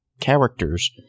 characters